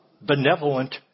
benevolent